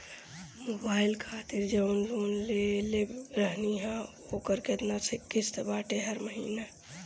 Mobile खातिर जाऊन loan लेले रहनी ह ओकर केतना किश्त बाटे हर महिना?